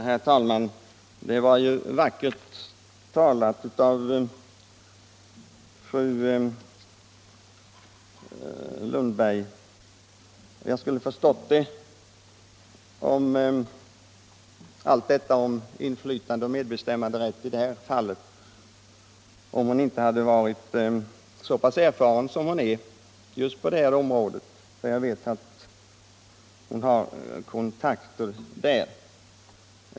Herr talman! Fru Lundblad talade ju vackert om inflytande och medbestämmanderätt i jordbruksnämnden. Jag skulle ha förstått det om jag inte visste vilken erfarenhet hon har på området, men knappast med de kontakter som hon har.